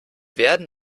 werden